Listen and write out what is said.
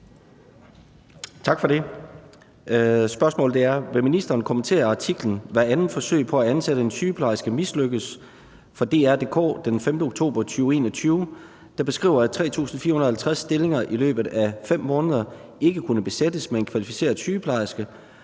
Tak for det. Spørgsmålet er: Vil ministeren kommentere artiklen »Hvert andet forsøg på at ansætte en sygeplejerske mislykkes« fra www.dr.dk den 5. oktober 2021, der beskriver, at 3.450 stillinger i løbet af 5 måneder ikke kunne besættes med en kvalificeret sygeplejerske,